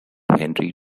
henry